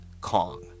Kong